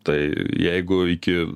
tai jeigu iki